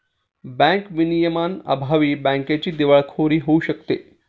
bank विनियमांअभावी बँकेची दिवाळखोरी होऊ शकते